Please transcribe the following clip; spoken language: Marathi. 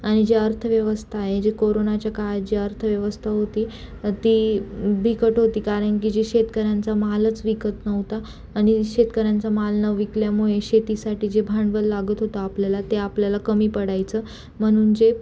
आणि जे अर्थव्यवस्था आहे जे कोरोनाच्या काळ जी अर्थव्यवस्था होती ती बिकट होती कारण की जी शेतकऱ्यांचा मालच विकत नव्हता आणि शेतकऱ्यांचा माल न विकल्यामुळे शेतीसाठी जे भांडवल लागत होतं आपल्याला ते आपल्याला कमी पडायचं म्हणून जे